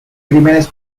crímenes